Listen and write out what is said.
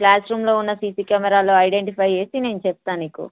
class రూమ్లో ఉన్న CC కెమెరాలలో ఐడెంటిఫై చేసి నేను చెప్తాను నీకు